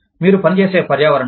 మీరు పని చేసే పర్యావరణం